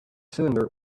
cylinder